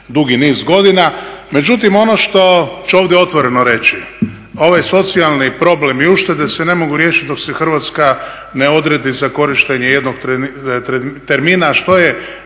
dugi niz godina. Međutim, ono što ću ovdje otvoreno reći, ovaj socijalni problem i uštede se ne mogu riješiti dok se Hrvatska ne odredi za korištenje jednog termina što je